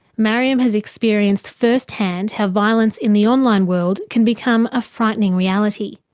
mariam has experienced first-hand how violence in the online world can become a frightening reality.